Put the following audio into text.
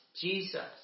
Jesus